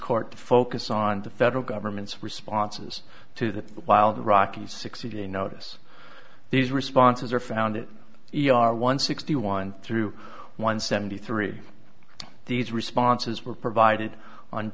court to focus on the federal government's responses to that while the rockies sixty day notice these responses are found e r one sixty one through one seventy three these responses were provided on